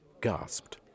gasped